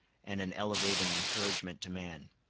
and an elevating encouragement to man.